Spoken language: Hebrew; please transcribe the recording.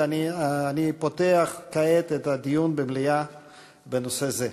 ואני פותח כעת את הדיון המיוחד במליאה בנושא זה.